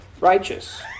righteous